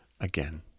again